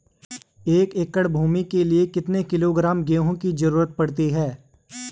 एक एकड़ भूमि के लिए कितने किलोग्राम गेहूँ की जरूरत पड़ती है?